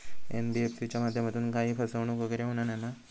NBFC च्या माध्यमातून काही फसवणूक वगैरे होना नाय मा?